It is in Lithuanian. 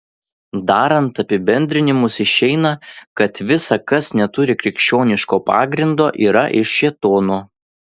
darant apibendrinimus išeina kad visa kas neturi krikščioniško pagrindo yra iš šėtono